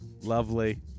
lovely